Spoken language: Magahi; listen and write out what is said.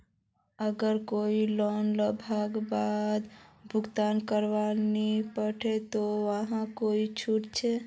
अगर कोई लोन लुबार बाद भुगतान करवा नी पाबे ते वहाक कोई छुट छे?